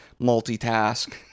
multitask